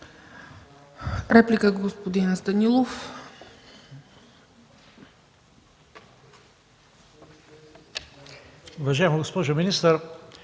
Реплика – господин Станилов.